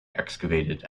excavated